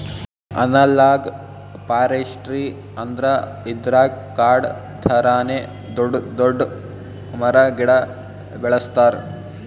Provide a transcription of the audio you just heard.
analogue forestry ಅಂದ್ರ ಇದ್ರಾಗ್ ಕಾಡ್ ಥರಾನೇ ದೊಡ್ಡ್ ದೊಡ್ಡ್ ಮರ ಗಿಡ ಬೆಳಸ್ತಾರ್